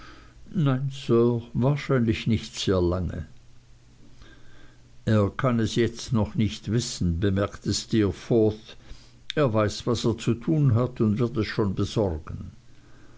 nein sir wahrscheinlich nicht sehr lange er kann es jetzt noch nicht wissen bemerkte steerforth leichthin er weiß was er zu tun hat und wird es schon besorgen